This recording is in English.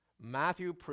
Matthew